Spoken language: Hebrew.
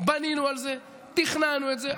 בנינו על זה, תכננו את זה.